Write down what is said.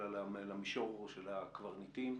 אלא לקברניטים.